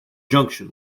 junction